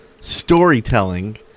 storytelling